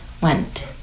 went